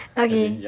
okay